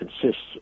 consists